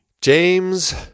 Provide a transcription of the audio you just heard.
James